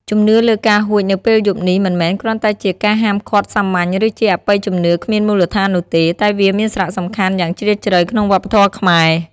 ជំនឿលើការហួចនៅពេលយប់នេះមិនមែនគ្រាន់តែជាការហាមឃាត់សាមញ្ញ ឬជាអបិយជំនឿគ្មានមូលដ្ឋាននោះទេ តែវាមានសារៈសំខាន់យ៉ាងជ្រាលជ្រៅក្នុងវប្បធម៌ខ្មែរ។